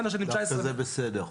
דווקא זה בסדר.